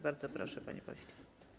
Bardzo proszę, panie pośle.